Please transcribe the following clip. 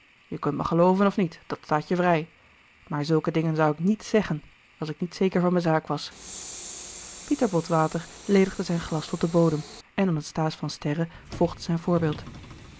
je kunt me gelooven of niet dat staat je vrij maar zulke dingen zou ik niet zeggen als ik niet zeker van me zaak was pieter bot water ledigde zijn glas tot den bodem en anasthase van sterren volgde zijn voorbeeld